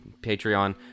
Patreon